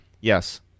Yes